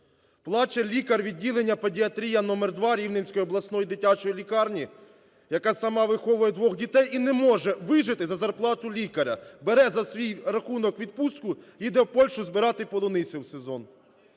Плаче лікар відділення педіатрії номер два Рівненської обласної дитячої лікарні, яка сама виховує двох дітей і не може вижити за зарплату лікаря, бере за свій рахунок відпустку, їде в Польщу збирати полуницю в сезон.